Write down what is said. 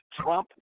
Trump